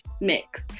mix